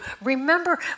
remember